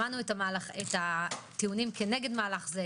שמענו את הטיעונים כנגד מהלך זה,